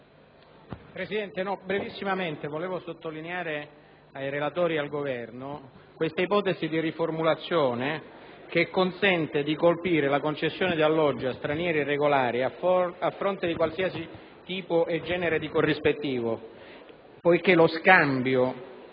Presidente, volevo brevemente sottolineare ai relatori e al Governo questa ipotesi di riformulazione dell'articolo 5, che consente di colpire la concessione di alloggi a stranieri irregolari a fronte di qualsiasi tipo e genere di corrispettivo. Infatti lo scambio